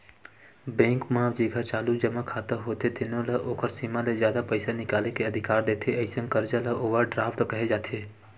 bank म जेखर चालू जमा खाता होथे तेनो ल ओखर सीमा ले जादा पइसा निकाले के अधिकार देथे, अइसन करजा ल ओवर ड्राफ्ट केहे जाथे